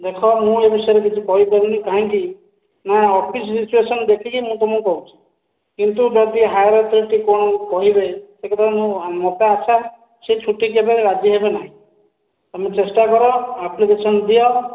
ଦେଖ ମୁଁ ଏ ବିଷୟରେ କିଛି କହିପାରୁନି କାହିଁକି ନା ଅଫିସ୍ ସିଚୁଏସୋନ୍ ଦେଖିକି ମୁଁ ତମକୁ କହୁଛି କିନ୍ତୁ ବୋଧେ ହାୟର ଅଥୋରିଟି କଣ କହିବେ ସେ କଥା ମୁଁ ମୋତେ ଆଶା ସେ ଛୁଟି କେବେ ରାଜି ହେବେନାହିଁ ତେଣୁ ଚେଷ୍ଟାକର ଆପ୍ଲିକେସନ୍ ଦିଅ